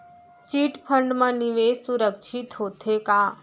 Chit fund मा निवेश सुरक्षित होथे का?